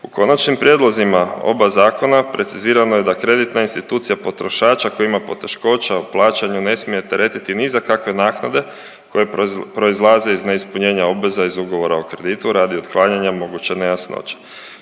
U konačnim prijedlozima oba zakona precizirano je da kreditna institucija potrošača koji ima poteškoća u plaćanju ne smije teretiti ni za kakve naknade koje proizlaze iz neispunjenja obveza iz ugovora o kreditu radi otklanjanja moguće nejasnoće.